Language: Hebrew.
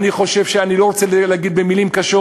אני לא רוצה להגיד במילים קשות,